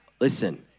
Listen